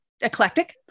eclectic